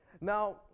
Now